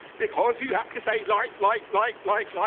because you have to say, like, like, like, like, like.